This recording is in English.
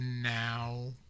now